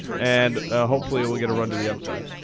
and hopefully we'll get a run to the upside.